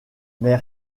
mais